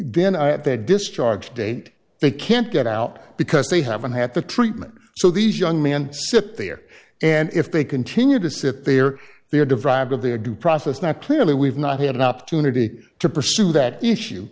been discharged eight they can't get out because they haven't had the treatment so these young men sit there and if they continue to sit there they are deprived of their due process not clearly we've not had an opportunity to pursue that issue